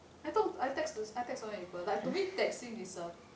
I talk I text to I text so many people like to me texting is A